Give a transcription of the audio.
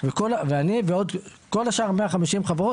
אני וכל שאר 150 החברות,